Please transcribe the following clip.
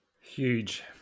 Huge